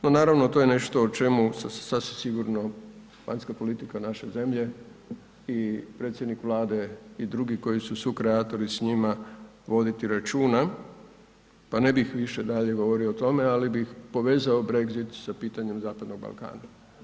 No, naravno to je nešto o čemu sasvim sigurno vanjska politika naše zemlje i predsjednik Vlade i drugi koji su sukreatori s njima voditi računa, pa ne bih više dalje govorio o tome, ali bih povezao Brexit sa pitanjem zapadnog Balkana.